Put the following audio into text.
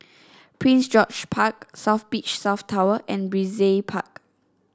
Prince George Park South Beach South Tower and Brizay Park